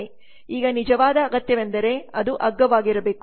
ಈಗ ನಿಜವಾದ ಅಗತ್ಯವೆಂದರೆ ಅದು ಅಗ್ಗವಾಗಿರಬೇಕು